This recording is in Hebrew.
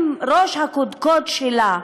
עם ראש הקודקוד שלה,